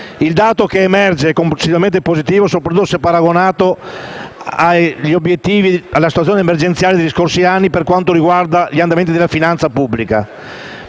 Il dato che emerge è complessivamente positivo, soprattutto se paragonato con la situazione emergenziale degli scorsi anni per quanto riguarda gli andamenti della finanza pubblica,